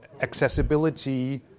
accessibility